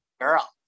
girl